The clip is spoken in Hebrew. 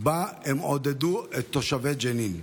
שבו הם עודדו את תושבי ג'נין.